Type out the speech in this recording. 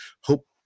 hope